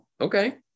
Okay